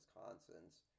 Wisconsin's